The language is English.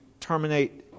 terminate